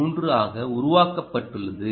3 ஆக உருவாக்கப்பட்டுள்ளது